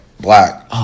Black